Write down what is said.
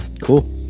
cool